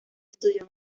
estudió